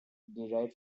derived